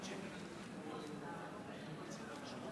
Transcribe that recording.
חובת שירות לאומי למי שלא משרת שירות סדיר):